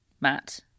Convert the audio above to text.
Matt